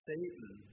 Satan